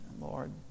Lord